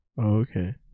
Okay